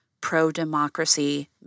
pro-democracy